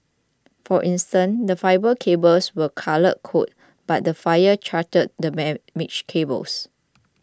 for instance the fibre cables were colour coded but the fire charred the damaged cables